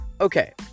Okay